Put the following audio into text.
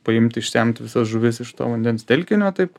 paimti išsemti visas žuvis iš to vandens telkinio taip